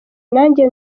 nanjye